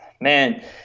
man